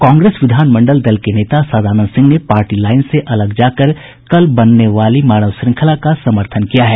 कांग्रेस विधान मंडल दल के नेता सदानंद सिंह ने पार्टी लाईन से अलग जाकर कल बनने वाली मानव श्रृंखला का समर्थन किया है